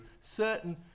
certain